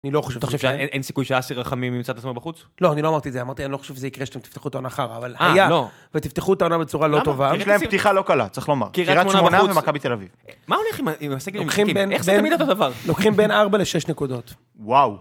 אני לא חושב. אתה חושב שאין סיכוי שאסי רחמים ימצא את עצמו בחוץ? לא, אני לא אמרתי את זה. אמרתי, אני לא חושב שזה יקרה שאתם תפתחו את העונה חרא אבל היה ותפתחו את העונה בצורה לא טובה. יש להם פתיחה לא קלה, צריך לומר. קריית שמונה ומכבי תל אביב. איך זה תמיד אותו דבר? לוקחים בין 4 ל-6 נקודות. וואו.